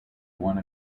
one